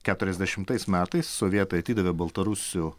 keturiasdešimtais metais sovietai atidavė baltarusių